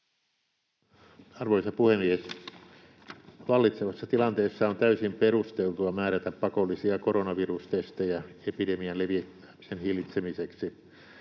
Arvoisa puhemies! Vallitsevassa tilanteessa on täysin perusteltua määrätä pakollisia koronavirustestejä epidemian leviämisen hillitsemiseksi.